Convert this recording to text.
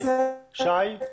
את זה אנחנו פותרים.